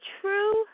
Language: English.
true